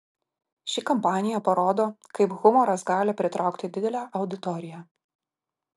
ši kampanija parodo kaip humoras gali pritraukti didelę auditoriją